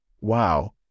wow